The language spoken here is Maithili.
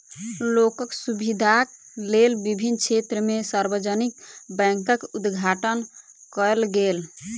लोकक सुविधाक लेल विभिन्न क्षेत्र में सार्वजानिक बैंकक उद्घाटन कयल गेल